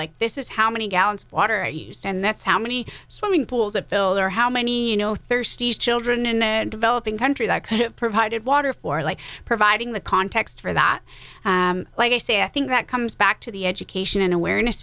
like this is how many gallons of water are used and that's how many swimming pools that fill or how many no thirsty children in the developing country that could have provided water for like providing the context for that like i say i think that comes back to the education and awareness